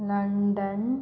London